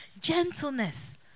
gentleness